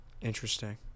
Interesting